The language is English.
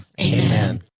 Amen